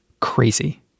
crazy